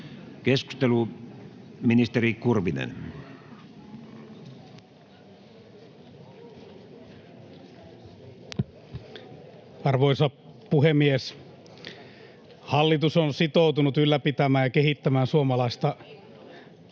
Keskustelu, ministeri Kurvinen. Arvoisa puhemies! Hallitus on sitoutunut ylläpitämään ja kehittämään suomalaista...